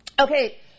Okay